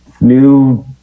New